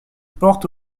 porte